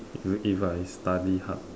if if I study hard